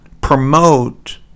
promote